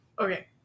Okay